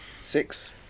Six